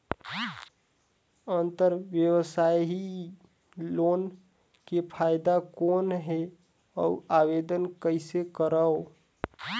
अंतरव्यवसायी लोन के फाइदा कौन हे? अउ आवेदन कइसे करव?